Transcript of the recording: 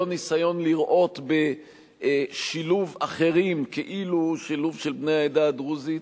לא ניסיון לראות בשילוב אחרים כאילו שילוב של בני העדה הדרוזית,